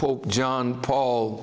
pope john paul